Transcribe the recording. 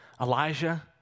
Elijah